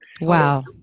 Wow